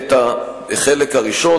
את החלק הראשון,